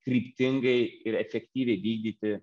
kryptingai ir efektyviai vykdyti